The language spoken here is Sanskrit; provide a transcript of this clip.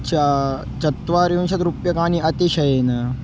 च चत्वारिंशत् रूप्यकाणि अतिशयेन